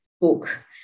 book